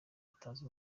atazi